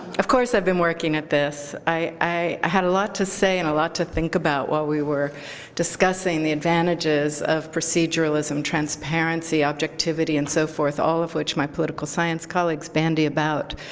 of course, i've been working at this. i had a lot to say and a lot to think about while we were discussing the advantages of proceduralism, transparency, objectivity, and so forth, all of which my political science colleagues bandy about